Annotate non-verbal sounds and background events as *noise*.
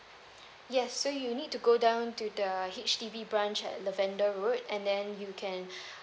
yes so you need to go down to the H_D_B branch at lavender road and then you can *breath*